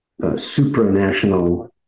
supranational